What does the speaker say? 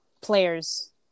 players